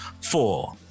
four